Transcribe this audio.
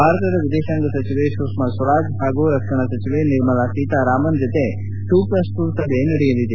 ಭಾರತದ ವಿದೇಶಾಂಗ ವ್ಯವಹಾರ ಸಚಿವೆ ಸುಷ್ಮಾ ಸ್ವರಾಜ್ ಹಾಗೂ ರಕ್ಷಣಾ ಸಚಿವ ನಿರ್ಮಲಾ ಸೀತಾರಾಮನ್ ಜತೆ ಟು ಪ್ಲಸ್ ಟು ಸಭೆ ನಡೆಯಲಿದೆ